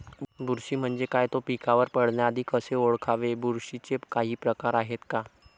बुरशी म्हणजे काय? तो पिकावर पडण्याआधी कसे ओळखावे? बुरशीचे काही प्रकार आहेत का?